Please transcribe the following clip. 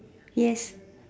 yes